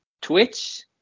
twitch